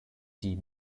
die